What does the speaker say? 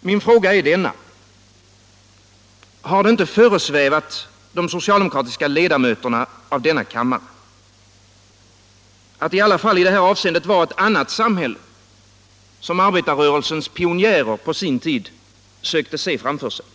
Min fråga är denna: Har det inte föresvävat de socialdemokratiska ledamöterna av denna kammare att det i alla fall i detta avseende var ett annat samhälle som arbetarrörelsens pionjärer på sin tid sökte se framför sig?